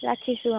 ৰাখিছোঁ অঁ